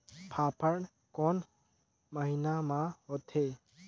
फाफण कोन महीना म होथे?